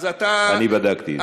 אז אתה, אני בדקתי את זה.